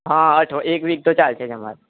હા અથ એક વીક તો ચાલશે જ અમારે